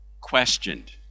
questioned